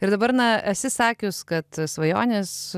ir dabar na esi sakius kad svajonės